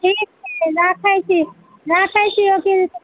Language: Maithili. ठीक छै राखै छी राखै छी ओकील साहेब